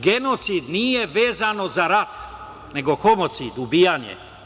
Genocid nije vezano za rat, nego homocid, ubijanje.